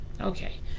okay